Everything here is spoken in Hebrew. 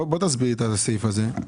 תסביר את הסעיף הזה.